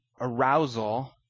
arousal